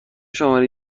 شماره